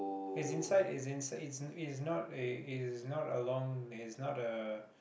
as inside it's in it's it's not a it's not along it's not a